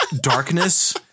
darkness